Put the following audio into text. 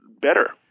Better